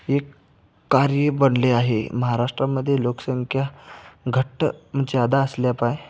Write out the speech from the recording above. एक कार्य बनले आहे महाराष्ट्रामध्ये लोकसंख्या घट्ट जादा असल्यापायी